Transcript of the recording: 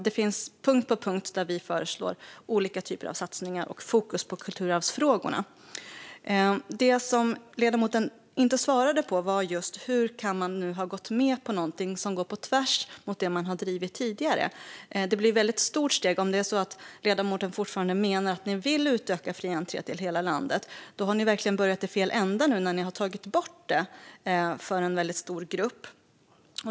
På punkt efter punkt föreslår vi olika typer av satsningar och fokus på kulturarvsfrågorna. Det som ledamoten inte svarade på var just hur man kan ha gått med på någonting som går på tvärs mot det man har drivit tidigare. Det blir ett väldigt stort steg om det är så att ledamoten fortfarande menar att ni vill utöka fri entré till hela landet. Att ta bort den fria entrén för en väldigt stor grupp är verkligen att börja i fel ända.